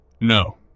no